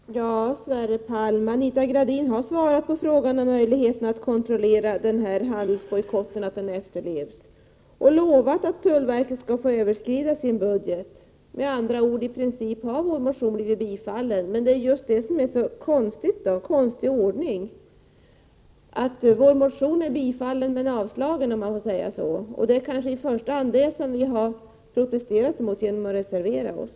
Herr talman! Sverre Palm: Anita Gradin har svarat på frågan om möjligheten att kontrollera att handelsbojkotten efterlevs och lovat att tullverket skall få överskrida sin budget. Med andra ord har vår motion i princip blivit tillstyrkt. Men det är en mycket konstig ordning att vår motion har blivit både tillstyrkt och avstyrkt, om jag får säga så. Det är i första hand det som vi i vpk har protesterat mot genom att reservera oss.